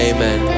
Amen